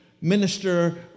minister